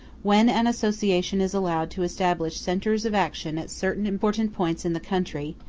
when an association is allowed to establish centres of action at certain important points in the country,